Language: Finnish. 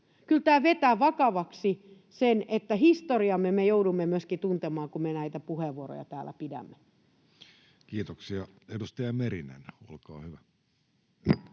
Kyllä tämä vetää vakavaksi. Myöskin historiamme me joudumme tuntemaan, kun me näitä puheenvuoroja täällä pidämme. Kiitoksia. — Edustaja Merinen, olkaa hyvä.